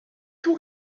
tout